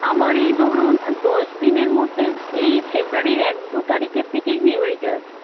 আমার এই ধরুন আর দশ দিনের মধ্যে এই ফেব্রুয়ারির এক দু তারিখের দিকেই বিয়েবাড়িটা আছে